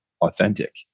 authentic